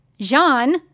Jean